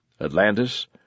Atlantis